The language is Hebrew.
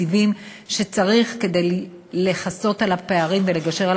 התקציבים שצריך כדי לכסות על הפערים ולגשר על